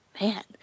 man